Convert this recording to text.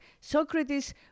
Socrates